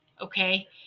Okay